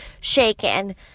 shaken